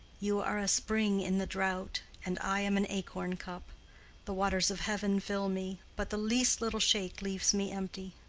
you are a spring in the drought, and i am an acorn-cup the waters of heaven fill me, but the least little shake leaves me empty.